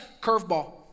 curveball